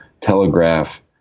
telegraph